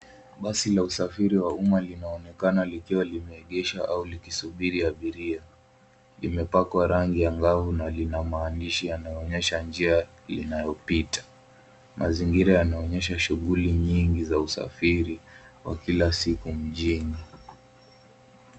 Basi la usafiri wa umma linaonekana likiwa limeegesha au likisubiri abiria. Limepakwa rangi ang’avu na lina maandishi yanayoonyesha njia linayopita. Mazingira yanaonyesha shughuli nyingi za usafiri wa kila siku mjini.